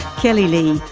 kelley lee,